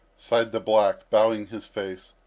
sighed the black, bowing his face,